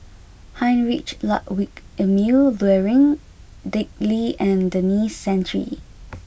Heinrich Ludwig Emil Luering Dick Lee and Denis Santry